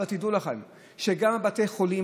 אבל תדעו לכם שגם בבתי החולים,